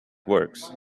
works